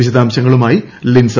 വിശ്ദാംശങ്ങളുമായി ലിൻസ